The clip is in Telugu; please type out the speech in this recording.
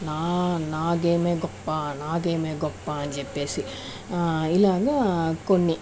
నా నా గేమే గొప్ప నా గేమే గొప్ప అని చెప్పేసి ఇలాగా కొన్ని